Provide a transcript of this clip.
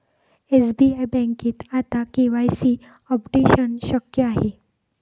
SBI बँकेत आता KYC updation शक्य आहे